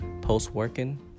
post-working